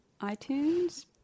iTunes